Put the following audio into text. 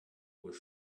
will